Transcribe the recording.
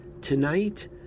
tonight